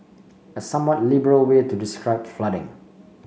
a somewhat liberal way to describe flooding